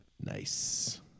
Nice